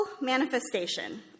manifestation